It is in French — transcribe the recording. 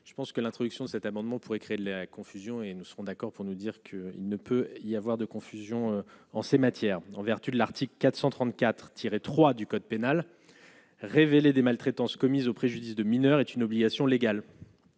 je pense que l'introduction cet amendement pourrait créer de la confusion et nous serons d'accord pour nous dire qu'il ne peut y avoir de confusion en ces matières, en vertu de l'article 434 tiré 3 du code pénal, révélé des maltraitances commises au préjudice de mineurs est une obligation légale.